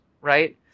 right